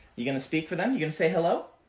you going to speak for them? you going to say hello?